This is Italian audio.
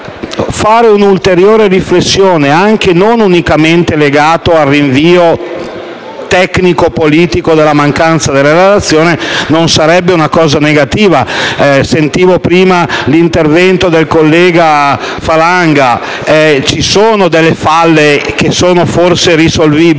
un’ulteriore riflessione, non unicamente legata al rinvio tecnico-politico per la mancanza della relazione, non sarebbe una cosa negativa. Sentivo prima l’intervento del collega Falanga: ci sono delle falle che sono forse risolvibili.